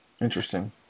Interesting